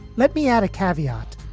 let me add a caveat.